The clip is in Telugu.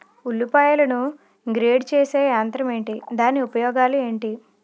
ఉల్లిపాయలను గ్రేడ్ చేసే యంత్రం ఏంటి? దాని ఉపయోగాలు ఏంటి?